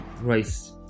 race